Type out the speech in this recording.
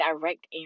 direct